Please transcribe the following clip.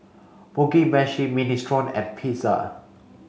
Mugi Meshi Minestrone and Pizza